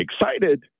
excited